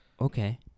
Okay